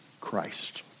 Christ